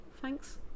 thanks